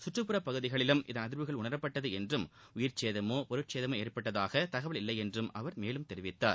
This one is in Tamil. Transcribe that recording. சுற்றுப்புற பகுதிகளிலும் இதன் அதிாவுகள் உணரப்பட்டது என்றும் உயிா்சேதமோ பொருட்சேதமோ ஏற்பட்டதாக தகவல் இல்லை என்றும் அவர் தெரிவித்தார்